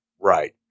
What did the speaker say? Right